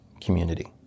community